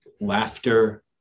laughter